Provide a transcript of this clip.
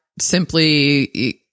simply –